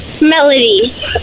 Melody